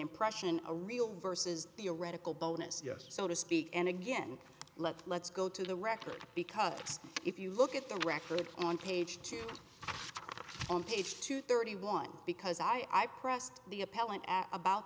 impression a real versus theoretical bonus yes so to speak and again let's go to the record because if you look at the record on page two on page two thirty one because i i pressed the appellant about